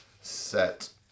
set